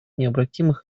необратимых